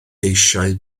eisiau